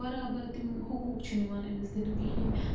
برابر تِم حقوٗق چھِنہٕ یِوان أمِس دِنہٕ کِہیٖنۍ